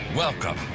Welcome